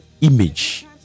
image